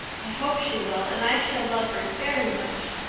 i hope she will, and i shall love her very much.